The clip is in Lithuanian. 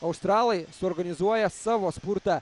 australai suorganizuoja savo spurtą